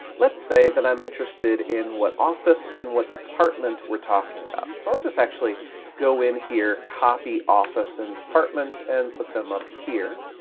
let's say that i'm interested in what office and what department we're talking about. so i'll just actually go in here, copy office and department, and put them up here.